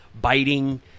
biting